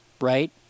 right